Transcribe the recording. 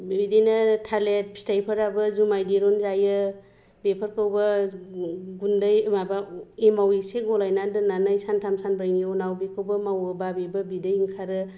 बिदिनो थालेर फिथाइफोराबो जुमाइ दिरुनजायो बेफोरखौबो गुन्दै माबा एमाव इसे गलायना दोननानै सानथाम सानब्रैनि उनाव बेखौबो मावोबा बेबो बिदै ओंखारो